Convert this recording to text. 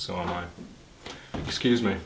so excuse me